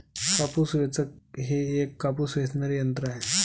कापूस वेचक हे एक कापूस वेचणारे यंत्र आहे